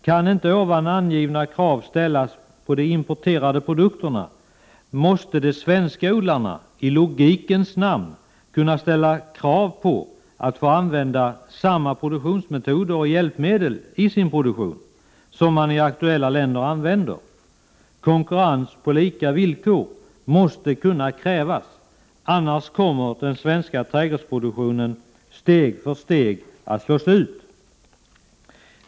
Om inte ovan angivna krav kan ställas på de importerade produkterna, måste de svenska odlarna i logikens namn kunna ställa krav på att få använda samma produktionsmetoder och hjälpmedel i sin produktion som man i aktuella länder använder. Konkurrens på lika villkor måste kunna krävas, annars kommer den svenska trädgårdsproduktionen steg för steg att slås ut.